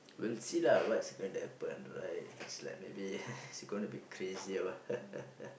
we'll see lah what's going to happen right it's like maybe it's going to be crazy or what